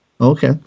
okay